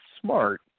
smart